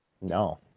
No